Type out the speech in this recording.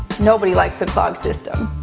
nobody likes a clogged system.